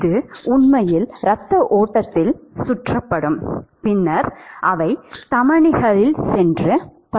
இது உண்மையில் இரத்த ஓட்டத்தில் சுற்றப்பட்டு பின்னர் அவை தமனிகளில் சென்று படிகின்றன